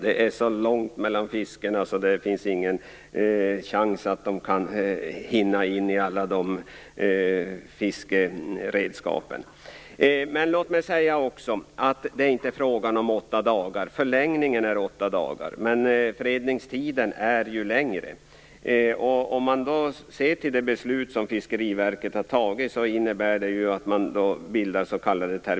Det är så långt mellan fiskarna att det inte finns någon risk för att laxen skall hamna i alla fiskeredskapen. Det är inte fråga om åtta dagar. Förlängningen är åtta dagar, men fredningstiden är längre. Det beslut som Fiskeriverket har fattat innebär att man bildar s.k.